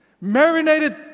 Marinated